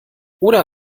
oder